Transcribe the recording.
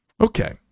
Okay